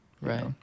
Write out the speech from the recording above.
right